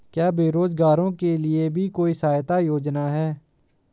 क्या बेरोजगारों के लिए भी कोई सहायता योजना है?